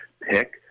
pick